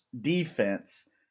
defense